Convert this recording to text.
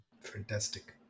Fantastic